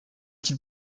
qu’il